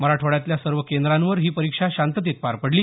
मराठवाड्यातल्या सर्व केंद्रांवर ही परीक्षा शांततेत पार पडली